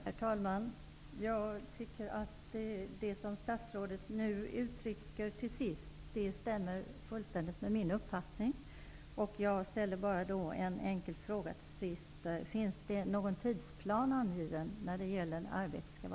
Fru talman! Det som statsrådet nu uttrycker stämmer fullständigt med min uppfattning. Jag ställer bara till sist en enkel fråga: Finns det någon tidsplan angiven för när arbetet skall vara färdigt?